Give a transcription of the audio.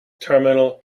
terminal